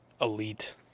elite